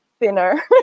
thinner